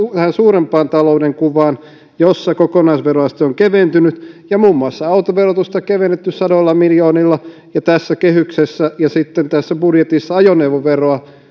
tähän suurempaan talouden kuvaan jossa kokonaisveroaste on keventynyt muun muassa autoverotusta on kevennetty sadoilla miljoonilla ja tässä kehyksessä ja sitten tässä budjetissa ajoneuvoveroa on